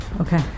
Okay